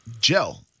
gel